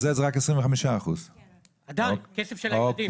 לקזז רק 25%. עדיין כסף של הילדים,